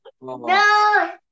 No